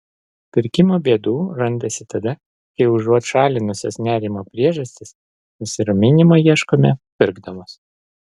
pirkimo bėdų randasi tada kai užuot šalinusios nerimo priežastis nusiraminimo ieškome pirkdamos